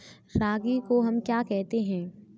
रागी को हम क्या कहते हैं?